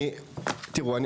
תראו,